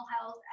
health